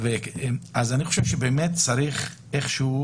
אני חושב שצריך איכשהו